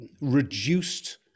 reduced